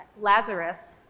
Lazarus